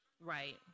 Right